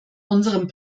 unserem